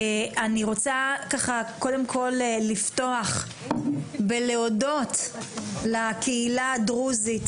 אני רוצה קודם כל לפתוח בלהודות לקהילה הדרוזית